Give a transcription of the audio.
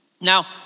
Now